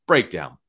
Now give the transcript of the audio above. Breakdown